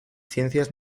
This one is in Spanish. ciencias